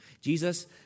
Jesus